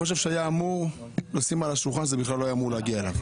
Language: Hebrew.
שהיה אמור לשים על השולחן שזה בכלל לא היה אמור להגיע אליו,